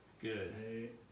Good